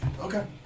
Okay